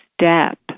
step